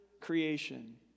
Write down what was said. creation